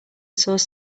source